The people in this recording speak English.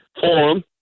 Forum